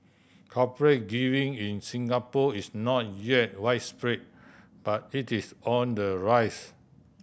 corporate giving in Singapore is not yet widespread but it is on the rise